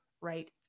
right